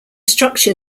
structure